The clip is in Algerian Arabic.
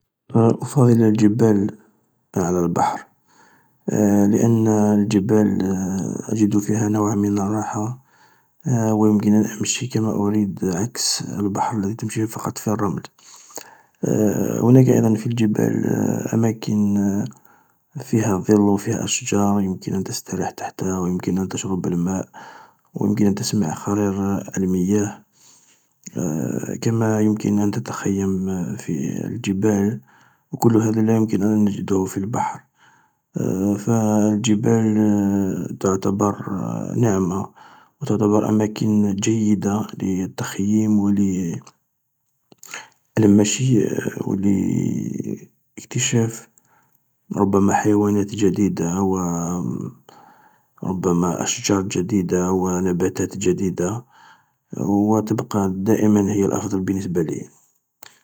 افضل الجبال على البحر لان الجبال اجد فيها نوع من الراحة و يمكن أن تمشي كما اريد عكس البحر تمشي فقط في الرما، هناك ايضا في الجبال اماكن فيها ظل وفيها اشجار يمكن أن تستريح تحتها و يمكن أن تشرب الماء و يمكن أن تسمع خرير المياه كما يمكن أن تتخيم في الجبال و كل هذا لا يمكن أن نجده في البحر، بالجبال تعتبر نعمة و تعتبر اماكن جيدة التخييم وللمشي و لاكشاف ربما حيوانات جديدة و ربما أشجار جديدة و نباتات جديدة، و تبقى دائما هي الأفضل بالنسبة لي.